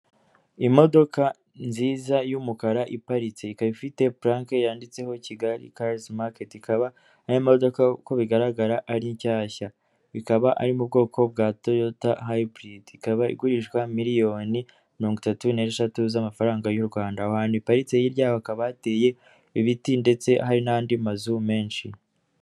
Imodoka nziza y'umukara iparitse, ikaba ifite purake yanditseho Kigali Cars Market, ikaba ari imodoka uko bigaragara ari nshyashya, ikaba ari mu bwoko bwa Toyota hybrid, ikaba igurishwa miliyoni mirongo itatu n'esheshatu z'amafaranga y'u Rwanda, aho hantu iparitse y'irya y'aho hakaba hateye ibiti ndetse hari n'andi mazu menshi.